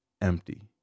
empty